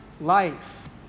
Life